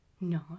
No